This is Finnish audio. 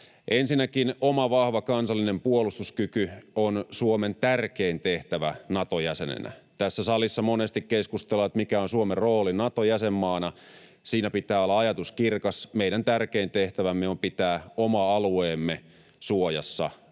Ensinnäkin oma vahva kansallinen puolustuskyky on Suomen tärkein tehtävä Nato-jäsenenä. Tässä salissa monesti keskustellaan, että mikä on Suomen rooli Nato-jäsenmaana. Siinä pitää olla ajatus kirkas. Meidän tärkein tehtävämme on pitää oma alueemme suojassa